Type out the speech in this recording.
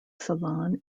ceylon